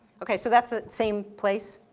okay, so that's the same place,